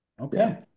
okay